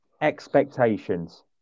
expectations